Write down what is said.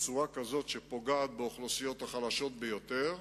בצורה כזו שפוגעת באוכלוסיות החלשות ביותר,